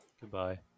Goodbye